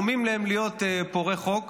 להיות פורעי חוק.